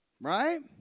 Right